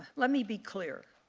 let me be clear.